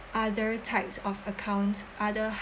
other types of accounts other